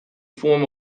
forum